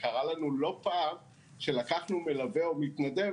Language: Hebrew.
קרה לנו לא פעם שלקחנו מלווה או מתנדב